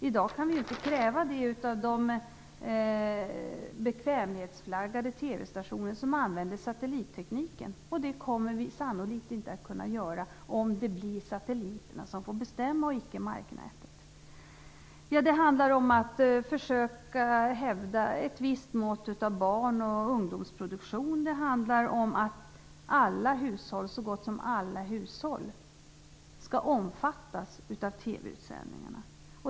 I dag kan vi inte kräva det av de bekvämlighetsflaggade TV-stationer som använder satellittekniken, och det kommer vi sannolikt inte att kunna göra om det blir satelliterna och icke marknätet som får bestämma. Det handlar om att försöka hävda ett visst mått av barn och ungdomsproduktion. Det handlar om att så gott som alla hushåll skall omfattas av TV utsändningarna.